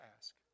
ask